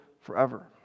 forever